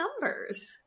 numbers